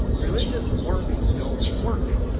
religious works don't work.